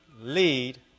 lead